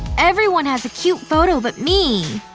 everyone has a cute photo but me.